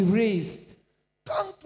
raised